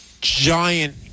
giant